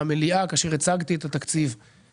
במליאה אמרתי שאני